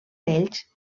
ells